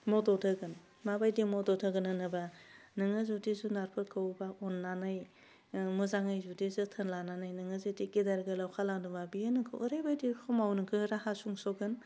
मदद होगोन माबायदि मदद होगोन होनोबा नोङो जुदि जुनादफोरखौ बा अन्नानै ओह मोजाङै जुदि जोथोन लानानै नोङो जुदि गेदेर गोलाव खालामदोंबा बेयो नोंखौ ओरैबायदि समाव नोंखौ राहा सुंस'गोन